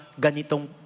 ganitong